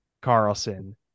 Carlson